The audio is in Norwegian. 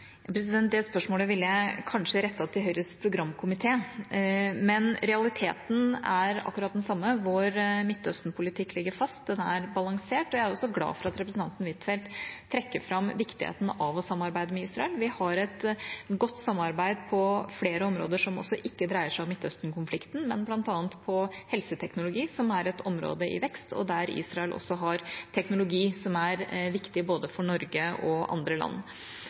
Det spørsmålet ville jeg kanskje ha rettet til Høyres programkomité. Men realiteten er akkurat den samme: Vår Midtøsten-politikk ligger fast. Den er balansert. Jeg er også glad for at representanten Huitfeldt trekker fram viktigheten av å samarbeide med Israel. Vi har et godt samarbeid på flere områder, som ikke dreier seg om Midtøsten-konflikten, men bl.a. om helseteknologi, som er et område i vekst, og der Israel også har teknologi som er viktig for både Norge og andre land.